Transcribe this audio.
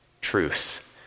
truth